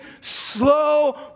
slow